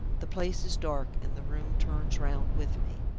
the place is dark, and the room turns round with me.